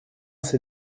ces